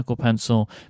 pencil